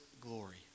glory